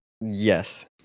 Yes